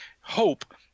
hope